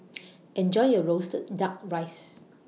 Enjoy your Roasted Duck Rice